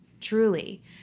truly